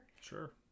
sure